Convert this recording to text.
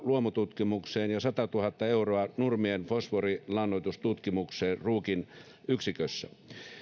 luomututkimukseen ja satatuhatta euroa nurmien fosforilannoitustutkimukseen ruukin yksikössä